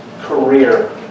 career